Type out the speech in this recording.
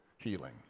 healing